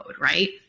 right